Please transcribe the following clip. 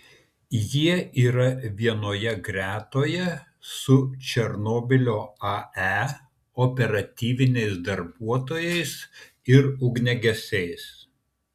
jie yra vienoje gretoje su černobylio ae operatyviniais darbuotojais ir ugniagesiais